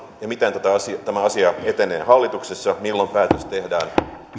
ja miten tämä asia etenee hallituksessa milloin tehdään